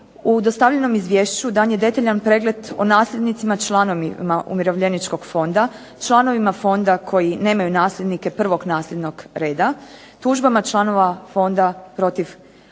U dostavljano izvješću dan je detaljan pregled o nasljednicima članovima Umirovljeničkog fonda, članovima fonda koji nemaju nasljednike prvog nasljednog reda, tužbama članova fonda protiv HZMO-a, prigovorima